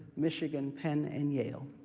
michigan, penn, and yale.